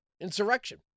insurrection